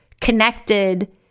connected